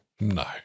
No